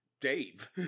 Dave